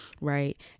Right